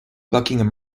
buckingham